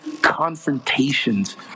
confrontations